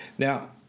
Now